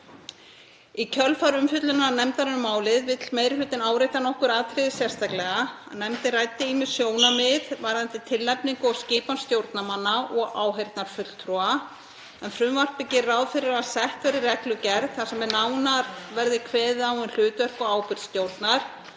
Í kjölfar umfjöllunar nefndarinnar um málið vill meiri hlutinn árétta nokkur atriði sérstaklega. Nefndin ræddi ýmis sjónarmið varðandi tilnefningu og skipan stjórnarmanna og áheyrnarfulltrúa en frumvarpið gerir ráð fyrir að sett verði reglugerð þar sem nánar verði kveðið á um hlutverk og ábyrgð stjórnar.